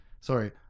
Sorry